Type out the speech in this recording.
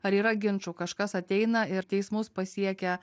ar yra ginčų kažkas ateina ir teismus pasiekia